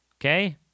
Okay